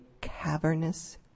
cavernous